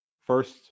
first